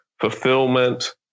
fulfillment